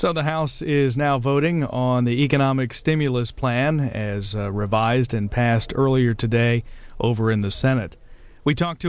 so the house is now voting on the economic stimulus plan as revised and passed earlier today over in the senate we talked